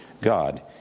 God